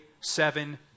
seven